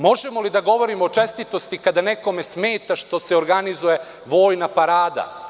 Možemo li da govorimo o čestitosti kada nekome smeta što se organizuje Vojna parada…